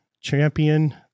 champion